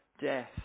death